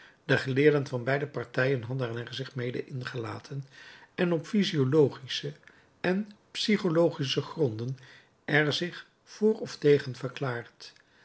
de geleerden van beide partijen hadden er zich mede ingelaten en op physiologische en psychologische gronden er zich voor of tegen verklaard